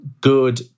good